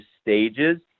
stages